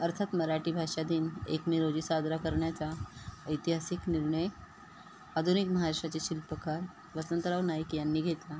अर्थात मराठी भाषा दिन एक मी रोजी साजरा करण्याचा ऐतिहासिक निर्णय आधुनिक महाराष्ट्राचे शिल्पकार वसंतराव नाईक यांनी घेतला